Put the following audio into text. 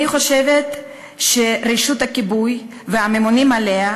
אני חושבת שרשות הכיבוי והממונים עליה,